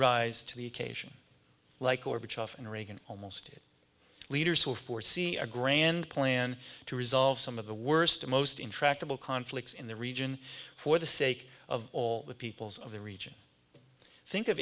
rise to the occasion like or which often reagan almost leaders will foresee a grand plan to resolve some of the worst most intractable conflicts in the region for the sake of all the peoples of the region think of